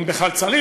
אם בכלל צריך,